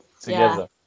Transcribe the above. together